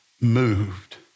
moved